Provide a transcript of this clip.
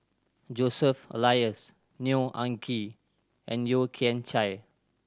Joseph Elias Neo Anngee and Yeo Kian Chai